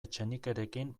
etxenikerekin